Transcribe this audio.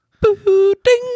Boo-ding